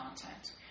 content